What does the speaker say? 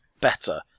better